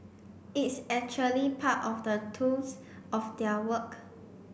it's actually part of the tools of their work